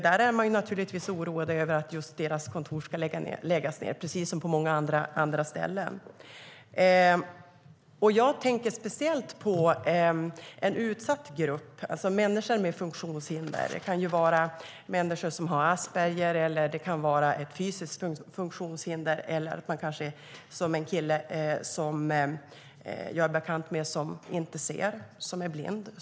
Där är man oroad över att deras kontor ska läggas ned, precis som på många andra ställen. Jag tänker speciellt på en utsatt grupp, människor med funktionshinder. Det kan vara människor som har Aspergers syndrom eller ett fysiskt funktionshinder eller kanske - som en kille jag är bekant med - inte ser, alltså är blind.